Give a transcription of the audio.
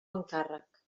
encàrrec